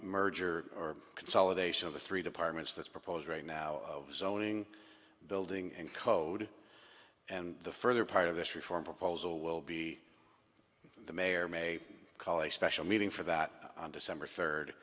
merger or consolidation of the three departments that's proposed right now of zoning building and code and the further part of this reform proposal will be may or may call a special meeting for that on december third